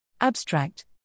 Abstract